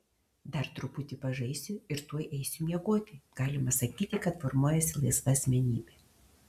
dar truputį pažaisiu ir tuoj eisiu miegoti galima sakyti kad formuojasi laisva asmenybė